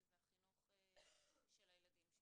שזה החינוך של הילדים שלהם.